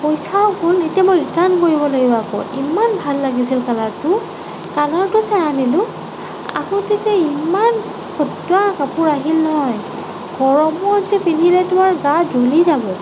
পইচাও গ'ল এতিয়া মই ৰিটাৰ্ণ কৰিব লাগিব আকৌ ইমান ভাল লাগিছিল কালাৰটো কালাৰটো চাই আনিলোঁ আহোঁতে যে ইমান ফটুৱা কাপোৰ আহিল নহয় গৰমত যে পিন্ধিলেতো আৰু গা জ্বলি যাব